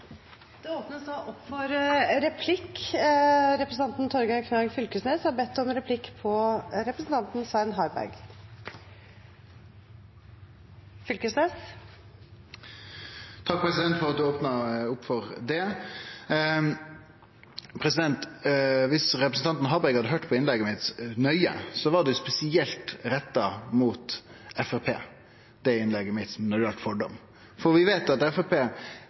Det åpnes da opp for replikkordskifte. Representanten Torgeir Knag Fylkesnes har bedt om replikk. Takk, president, for at du opna opp for replikkar. Viss representanten Harberg hadde høyrt nøye på innlegget mitt, var det spesielt retta mot Framstegspartiet – det i innlegget mitt som galdt fordomar – for vi veit at